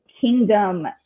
kingdom